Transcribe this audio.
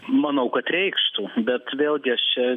manau kad reikštų bet vėlgi aš čia